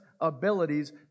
abilities